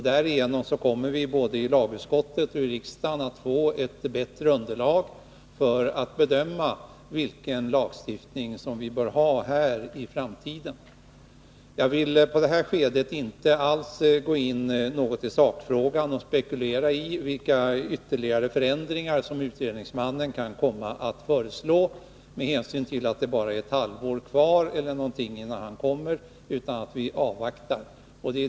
Därigenom kommer vi både i lagutskottet och i riksdagen att få ett bättre underlag för att bedöma vilken lagstiftning som vi bör ha här i framtiden. Jag vill i det här skedet inte alls gå in på sakfrågan och spekulera i vilka förändringar som utredningsmannen kan komma att föreslå, med hänsyn till att det bara är ca ett halvår kvar innan han kommer med utredningen, utan vi avvaktar.